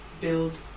build